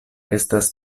estas